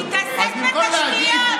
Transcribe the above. אתה ברמה כזאת נמוכה.